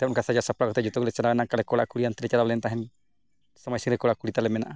ᱛᱚ ᱚᱱᱠᱟ ᱥᱟᱡᱟᱣ ᱥᱟᱯᱲᱟᱣ ᱠᱟᱛᱮᱫ ᱡᱚᱛᱚ ᱜᱮᱞᱮ ᱪᱟᱞᱟᱣᱱᱟ ᱟᱞᱮ ᱠᱚᱲᱟ ᱠᱩᱲᱤᱭᱟᱱ ᱛᱮᱞᱮ ᱪᱟᱞᱟᱣ ᱞᱮᱱ ᱛᱟᱦᱮᱸᱫ ᱥᱚᱢᱟᱡᱽ ᱥᱤᱝᱨᱟᱹᱭ ᱠᱚᱲᱟᱼᱠᱩᱲᱤ ᱛᱟᱞᱮ ᱢᱮᱱᱟᱜᱼᱟ